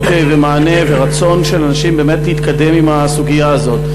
ומענה ורצון של אנשים באמת להתקדם בסוגיה הזאת.